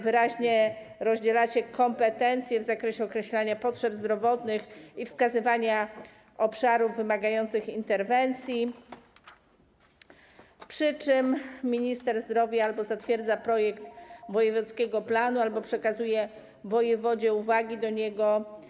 Wyraźnie rozdzielacie kompetencje w zakresie określania potrzeb zdrowotnych i wskazywania obszarów wymagających interwencji, przy czym minister zdrowia albo zatwierdza projekt wojewódzkiego planu, albo przekazuje wojewodzie uwagi do niego.